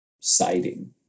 siding